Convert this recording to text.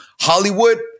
Hollywood